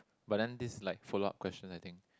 but then this is like followed up question I think